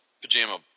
pajama